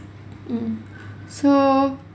mm so